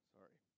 Sorry